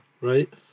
right